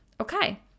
okay